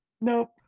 Nope